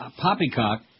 poppycock